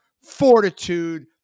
fortitude